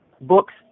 books